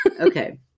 Okay